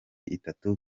itatu